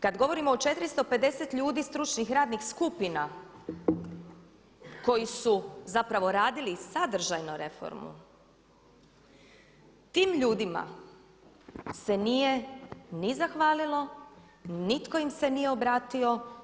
Kad govorimo o 450 ljudi stručnih radnih skupina koji su zapravo radili sadržajno reformu tim ljudima se nije ni zahvalilo, nitko im se nije obratio.